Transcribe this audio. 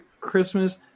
Christmas